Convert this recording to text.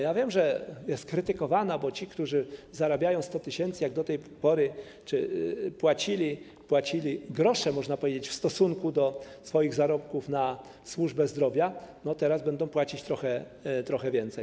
Ja wiem, że jest to krytykowane, bo ci, którzy zarabiają 100 tys. zł, do tej pory płacili grosze, można powiedzieć, w stosunku do swoich zarobków na służbę zdrowia, a teraz będą płacić trochę więcej.